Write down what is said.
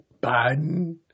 biden